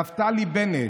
נפתלי בנט,